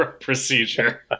procedure